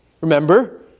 Remember